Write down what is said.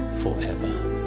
forever